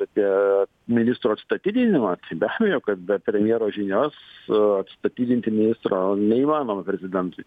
apie ministro atstatydinimą tai be abejo kad be premjero žinios atstatydinti ministro neįmanoma prezidentui